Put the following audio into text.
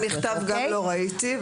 אני גם את המכתב לא ראיתי.